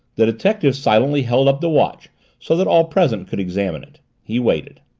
the detective silently held up the watch so that all present could examine it. he waited.